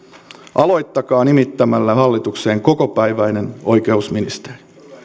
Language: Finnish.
aloittakaa nimittämällä hallitukseen kokopäiväinen oikeusministeri